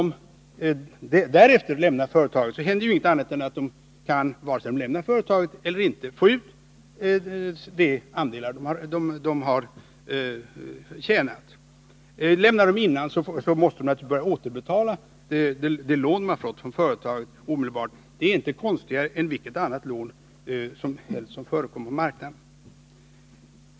Därefter händer ju inget annat än att de, vare sig de lämnar företaget eller inte, kan få ut de andelar de har tjänat in. Lämnar de sin anställning tidigare, måste de naturligtvis omedelbart återbetala det lån de har fått från företaget, och det är inte konstigare regler än för vilket annat lån som helst som förekommer på marknaden.